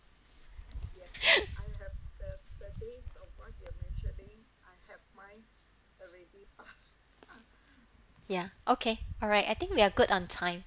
ya okay alright I think we are good on time